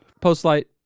post-light